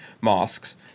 mosques